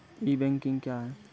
ई banking क्या हैं?